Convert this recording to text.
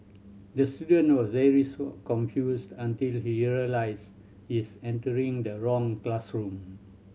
the student was very confused until he realised his entered the wrong classroom